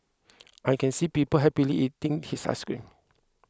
I can see people happily eating his ice cream